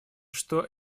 что